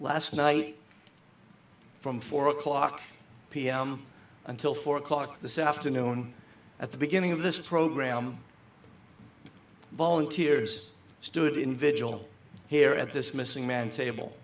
last night from four o'clock pm until four o'clock this afternoon at the beginning of this program volunteers stood in vigil here at this missing man table